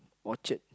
Orchard